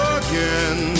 again